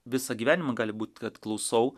visą gyvenimą gali būt kad klausau